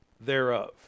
thereof